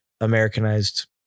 Americanized